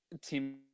team